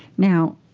now,